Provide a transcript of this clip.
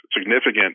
significant